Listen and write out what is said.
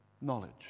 knowledge